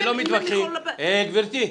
הלאה.